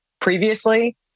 previously